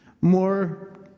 More